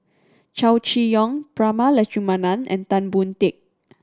Chow Chee Yong Prema Letchumanan and Tan Boon Teik